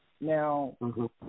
Now